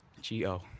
G-O